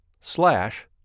slash